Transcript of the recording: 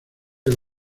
del